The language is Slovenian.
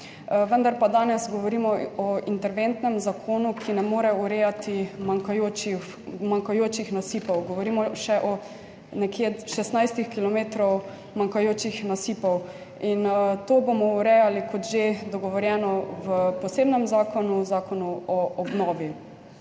vendar pa danes govorimo o interventnem zakonu, ki ne more urejati manjkajočih, manjkajočih nasipov. Govorimo še o nekje 16 kilometrov manjkajočih nasipov in to bomo urejali, kot že dogovorjeno, v posebnem zakonu, v Zakonu o obnovi.